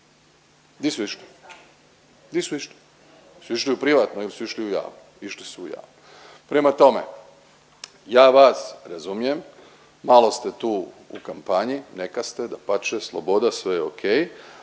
Di su išli, di su išli? Su išli ili su išli u javno? Išli su u javno. Prema tome ja vas razumijem, malo ste tu u kampanji, neka ste dapače, sloboda sve je ok